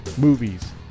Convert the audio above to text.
movies